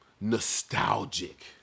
Nostalgic